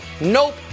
Nope